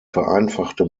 vereinfachte